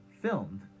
filmed